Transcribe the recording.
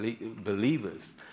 believers